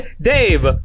Dave